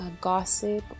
gossip